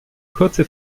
kurze